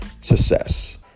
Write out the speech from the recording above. success